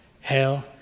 hell